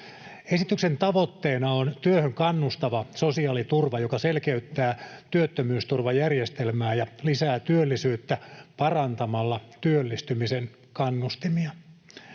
Esityksen tavoitteena on työhön kannustava sosiaaliturva, joka selkeyttää työttömyysturvajärjestelmää ja lisää työllisyyttä parantamalla työllistymisen kannustimia.